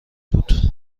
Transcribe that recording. بود